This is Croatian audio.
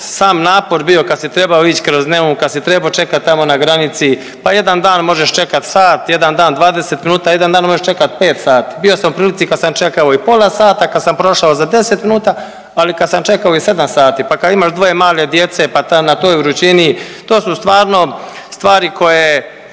sam napor bio kad si trebao ići kroz Neum, kad si trebao čekati tamo na granici, pa jedan dan možeš čekati sat, jedan dan 20 minuta, jedan dan možeš čekat 5 sati. Bio sam u prilici kad sam čekao i pola sata, kad sam prošao za 10 minuta, ali kad sam čekao i 7 sati pa kad imaš dvoje male djece pa ta na toj vrućini, to su stvarno stvari koje